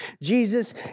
Jesus